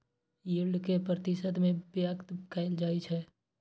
yield कें प्रतिशत मे व्यक्त कैल जाइ छै